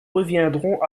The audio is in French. reviendrons